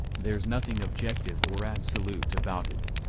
there's nothing objective or absolute about it.